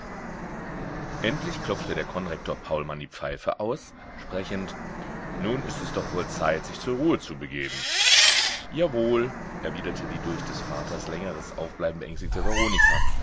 endlich klopfte der konrektor paulmann die pfeife aus sprechend nun ist es doch wohl zeit sich zur ruhe zu begeben jawohl erwiderte die durch des vaters längeres aufbleiben beängstete veronika